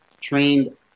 trained